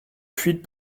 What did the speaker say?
fuite